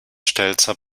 stelzer